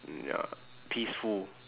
ya peaceful